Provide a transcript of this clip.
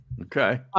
Okay